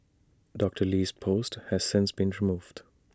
Doctor Lee's post has since been removed